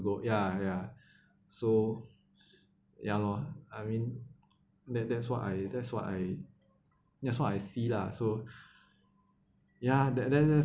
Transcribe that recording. ya ya so ya lor I mean that that's what I that's what I that's what I see lah so ya that that's just